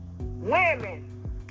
Women